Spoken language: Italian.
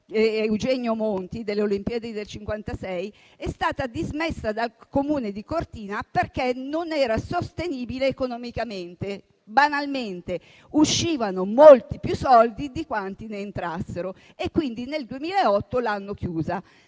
Eugenio Monti delle Olimpiadi del 1956, è stato dismesso dal Comune di Cortina perché non era sostenibile economicamente. Banalmente uscivano molti più soldi di quanti ne entrassero, quindi nel 2008 l'hanno chiusa.